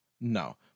No